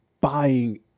buying